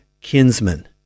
kinsman